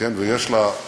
ויש לה,